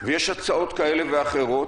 ויש הצעות כאלה ואחרות